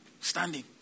Standing